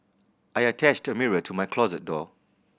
I attached a mirror to my closet door